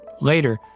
Later